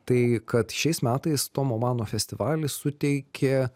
tai kad šiais metais tomo mano festivalis suteikė